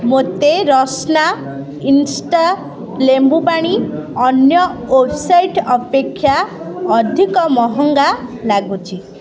ମୋତେ ରସ୍ନା ଇନ୍ଷ୍ଟା ଲେମ୍ବୁପାଣି ଅନ୍ୟ ୱେବ୍ସାଇଟ୍ ଅପେକ୍ଷା ଅଧିକ ମହଙ୍ଗା ଲାଗୁଛି